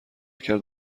کرد